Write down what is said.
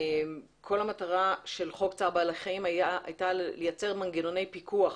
כל המטרה של חוק צער בעלי חיים הייתה לייצר מנגנוני פיקוח